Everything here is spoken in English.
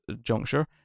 juncture